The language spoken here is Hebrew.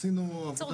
עשינו --- בקיצור,